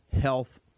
health